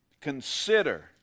consider